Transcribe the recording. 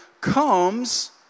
comes